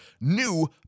new